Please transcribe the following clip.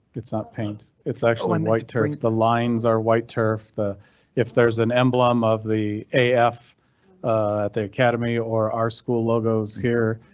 it's not paint, it's actually um white turk. the lines are white turf, the if there's an emblem of the af at the academy or our school logos here.